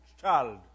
child